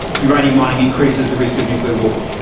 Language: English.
uranium mining increases the risk of nuclear war.